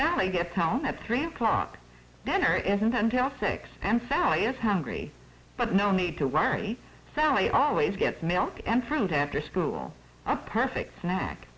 he gets home at three o'clock dinner isn't until six and sally is hungry but no need to worry sally always gets milk and fruit after school a perfect snack